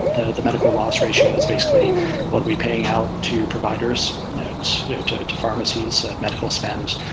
the the medical loss ratios basically what we're paying out to providers, to to pharmacies, medical spend,